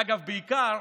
אגב, בעיקר